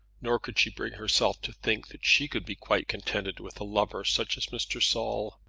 nor could she bring herself to think that she could be quite contented with a lover such as mr. saul.